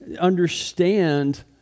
understand